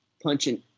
Punching